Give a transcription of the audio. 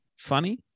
funny